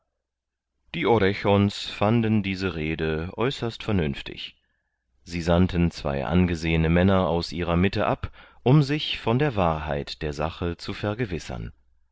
die orechon's fanden diese rede äußerst vernünftig sie sandten zwei angesehene männer aus ihrer mitte ab um sich von der wahrheit der sache zu vergewissern